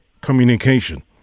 communication